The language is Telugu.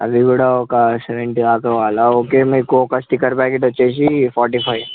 అవి కూడా ఒక సెవెంటీ దాకా కావాలా ఓకే మీకు ఒక స్టిక్కర్ ప్యాకెట్ వచ్చి ఫార్టీ ఫైవ్